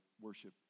worship